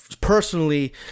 personally